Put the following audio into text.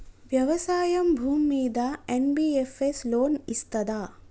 వ్యవసాయం భూమ్మీద NBFS loan ఇస్తదా?